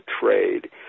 trade